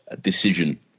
decision